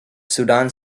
sudan